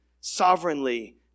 sovereignly